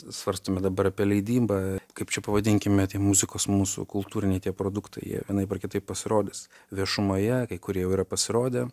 svarstome dabar apie leidybą kaip čia pavadinkime tie muzikos mūsų kultūriniai tie produktai jie vienaip ar kitaip pasirodys viešumoje kai kurie jau yra pasirodę